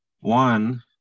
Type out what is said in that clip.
one